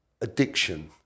addiction